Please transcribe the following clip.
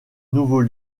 nouveaux